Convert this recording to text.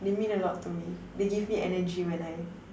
they mean a lot to me they give me energy when I